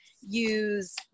use